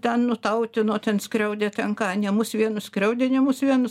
ten nutautino ten skriaudė ten ką ne mus vienus skriaudė ne mus vienus